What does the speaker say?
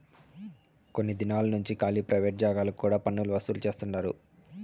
కొన్ని దినాలు నుంచి కాలీ ప్రైవేట్ జాగాలకు కూడా పన్నులు వసూలు చేస్తండారు